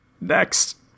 Next